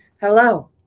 Hello